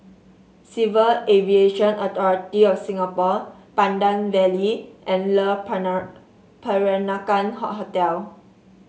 Civil Aviation Authority of Singapore Pandan Valley and Le Peranakan Hotel